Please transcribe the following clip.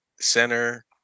center